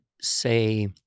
say